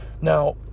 Now